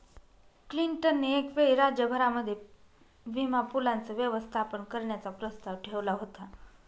Clinton ने एक वेळी राज्य भरामध्ये विमा पूलाचं व्यवस्थापन करण्याचा प्रस्ताव ठेवला होता